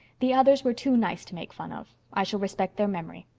the others were too nice to make fun of. i shall respect their memory.